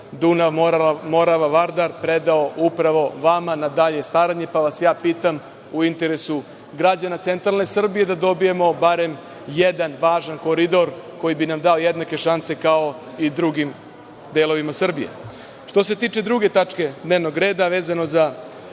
Dunav – Morava – Vardar, predao upravo vama na dalje staranje, pa vas ja pitam u interesu građana centralne Srbije, da dobijemo barem jedan važan koridor, koji bi nam dao jednake šanse, kao i drugim delovima Srbije. Što se tiče druge tačke dnevnog reda, vezano za